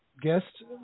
guest